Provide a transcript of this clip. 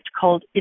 called